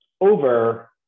over